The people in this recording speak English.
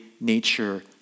nature